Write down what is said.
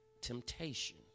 temptation